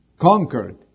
conquered